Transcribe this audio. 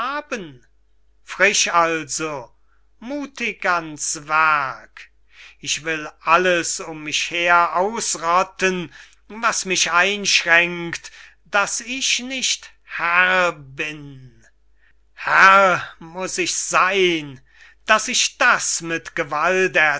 frisch also muthig an's werk ich will alles um mich her ausrotten was mich einschränkt daß ich nicht herr bin herr muß ich seyn daß ich das mit gewalt